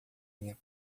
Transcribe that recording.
minha